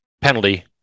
penalty